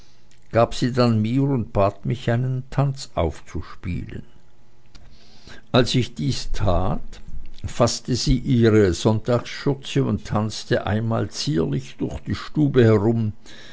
gab sie dann mir und bat mich einen tanz aufzuspielen als ich dies tat faßte sie ihre sonntagsschürze und tanzte einmal zierlich durch die stube herum